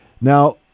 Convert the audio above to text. Now